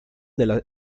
della